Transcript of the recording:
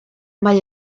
mae